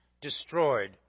destroyed